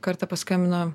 kartą paskambino